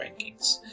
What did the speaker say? rankings